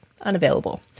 unavailable